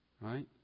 right